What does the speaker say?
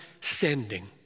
sending